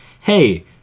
hey